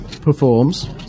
performs